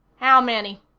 how many?